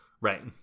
Right